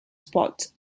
spots